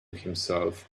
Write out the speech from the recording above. himself